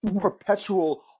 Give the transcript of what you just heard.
perpetual